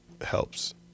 helps